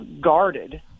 guarded